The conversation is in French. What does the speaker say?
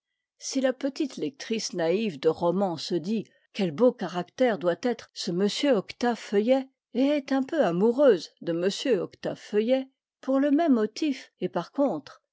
si la petite lectrice naïve de romans se dit quel beau caractère doit être ce monsieur octave feuillet et est un peu amoureuse de m octave feuillet pour le même motif et par contre